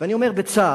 ואני אומר בצער,